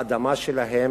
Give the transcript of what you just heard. על האדמה שלהם,